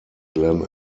glen